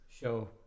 show